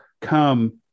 come